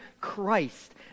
Christ